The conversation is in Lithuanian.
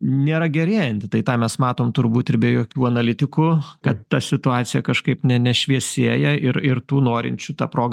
nėra gerėjanti tai tą mes matom turbūt ir be jokių analitikų kad ta situacija kažkaip ne nešviesėja ir ir tų norinčių tą proga